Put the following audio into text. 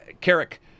Carrick